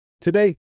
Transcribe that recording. Today